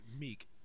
Meek